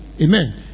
Amen